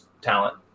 talent